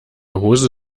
hose